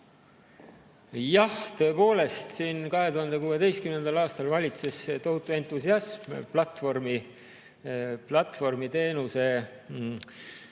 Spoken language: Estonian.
Jah, tõepoolest, 2016. aastal valitses tohutu entusiasm platvormiteenuse